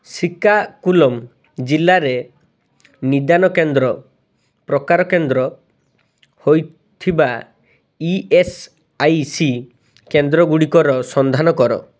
ଶ୍ରୀକାକୁଲମ୍ ଜିଲ୍ଲାରେ ନିଦାନ କେନ୍ଦ୍ର ପ୍ରକାର କେନ୍ଦ୍ର ହୋଇଥିବା ଇ ଏସ୍ ଆଇ ସି କେନ୍ଦ୍ରଗୁଡ଼ିକର ସନ୍ଧାନ କର